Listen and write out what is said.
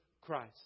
Christ